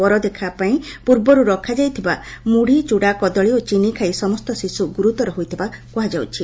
ବର ଦେଖା ପାଇଁ ପୂର୍ବର୍ ରଖାଯାଇଥିବା ମୁମି ଚୂଡା କଦଳୀ ଓ ଚିନି ଖାଇ ସମସ୍ତ ଶିଶୁ ଗୁରୁତର ହୋଇଥିବା କୁହାଯାଉଛି